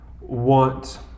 want